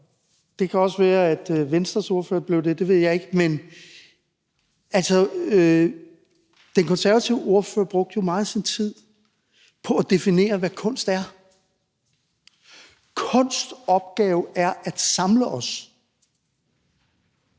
det kan også være, at Venstres ordfører blev det. Det ved jeg ikke. Altså, den konservative ordfører brugte jo meget af sin tid på at definere, hvad kunst er: Kunsts opgave er at samle os,